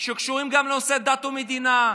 שקשורים גם לנושאי דת ומדינה,